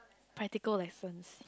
practical lessons